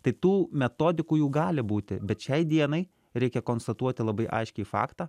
tai tų metodikų jų gali būti bet šiai dienai reikia konstatuoti labai aiškiai faktą